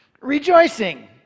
rejoicing